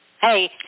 Hey